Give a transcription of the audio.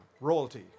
Royalty